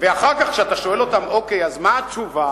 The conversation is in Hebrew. ואחר כך, כשאתה שואל אותם: אוקיי, אז מה התשובה?